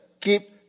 keep